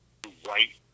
white